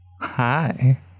Hi